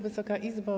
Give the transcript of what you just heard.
Wysoka Izbo!